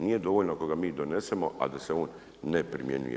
Nije dovoljno ako ga mi donesemo a da se on ne primjenjuje.